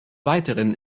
weiteren